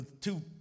two